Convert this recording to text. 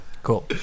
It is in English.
Cool